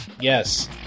Yes